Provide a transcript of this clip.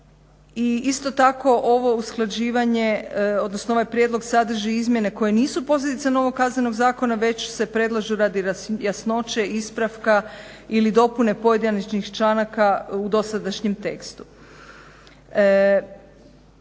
Isto tako ovaj prijedlog sadrži izmjene koje nisu posljedica novog Kaznenog zakona već se predlaže radi jasnoće ispravka ili dopune pojedinačnih članaka u dosadašnjem tekstu.